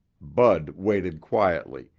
bud waited quietly,